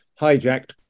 hijacked